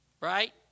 Right